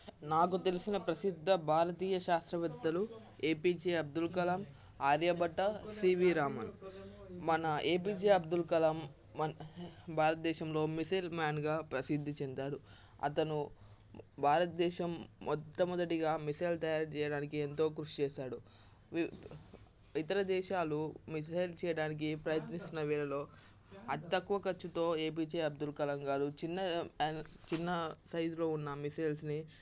నాకు తెలిసిన ప్రసిద్ధ భారతీయ శాస్త్రవేత్తలు ఏపీజే అబ్దుల్ కలాం ఆర్యభట్ట సివి రామన్ మన ఏపీజే అబ్దుల్ కలాం మన భారతదేశంలో మిస్సైల్ మెన్గా ప్రసిద్ధి చెందారు అతను భారతదేశం మొట్టమొదటిగా మిస్సైల్ తయారు చేయడానికి ఎంతో కృషి చేశాడు వి ఇతర దేశాలు మిస్సైల్ చేయడానికి ప్రయత్నిస్తున్న వేళల్లో అతి తక్కువ ఖర్చుతో ఏపీజే అబ్దుల్ కలాం గారు చిన్న చిన్న సైజులో ఉన్న మిస్సైల్స్ని